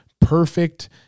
perfect